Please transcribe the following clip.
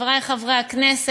חברי חברי הכנסת,